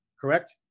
correct